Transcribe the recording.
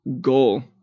goal